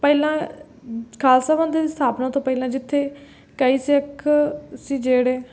ਪਹਿਲਾਂ ਖਾਲਸਾ ਪੰਥ ਦੀ ਸਥਾਪਨਾ ਤੋਂ ਪਹਿਲਾਂ ਜਿੱਥੇ ਕਈ ਸਿੱਖ ਸੀ ਜਿਹੜੇ